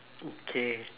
okay